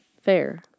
fair